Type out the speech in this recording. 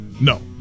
No